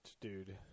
dude